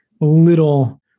little